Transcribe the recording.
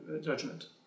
Judgment